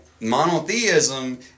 Monotheism